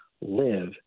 live